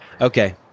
Okay